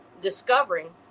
discovering